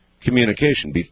communication